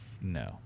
No